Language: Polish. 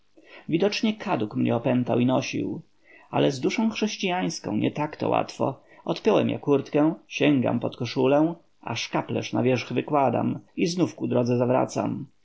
widocznie kaduk mnie opętał i nosił ale z duszą chrześciańską nie tak to łatwo odpiąłem ja kurtę sięgam pod koszulę a szkaplerz na wierzch wykładam i znów ku drodze zawracam